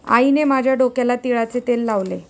आईने माझ्या डोक्याला तिळाचे तेल लावले